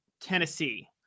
Tennessee